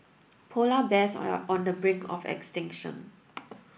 polar bears are on the brink of extinction